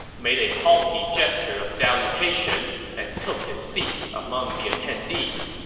made a haughty gesture of salutation, and took his seat among the attendees.